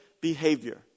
behavior